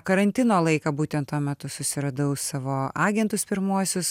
karantino laiką būtent tuo metu susiradau savo agentus pirmuosius